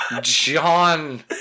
John